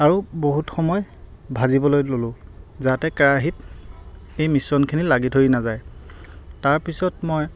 আৰু বহুত সময় ভাজিবলৈ ললোঁ যাতে কেৰাহীত সেই মিশ্ৰণখিনি লাগি ধৰি নাযায় তাৰপিছত মই